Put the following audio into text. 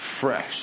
fresh